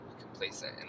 complacent